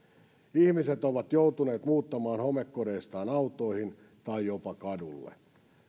ihmiset ovat joutuneet muuttamaan homekodeistaan autoihin tai jopa kadulle